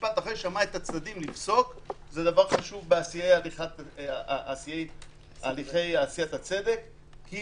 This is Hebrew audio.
המשפט אחרי ששמע את הצדדים לפסוק זה דבר חשוב בהליכי עשיית הצדק כי